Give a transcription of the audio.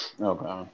Okay